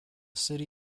city